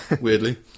weirdly